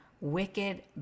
wicked